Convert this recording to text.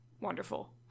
wonderful